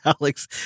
Alex